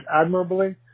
admirably